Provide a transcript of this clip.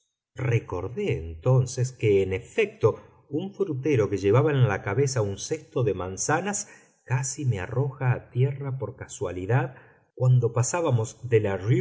recordé entonces que en efecto un frutero que llevaba en la cabeza un cesto de manzanas casi me arroja a tierra por casualidad cuando pasamos de la